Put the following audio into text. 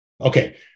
Okay